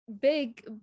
big